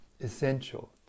essential